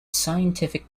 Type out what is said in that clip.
scientific